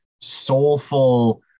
soulful